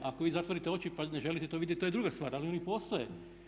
Ako vi zatvorite oči pa ne želite to vidjeti to je druga stvar, ali oni postoje.